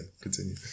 continue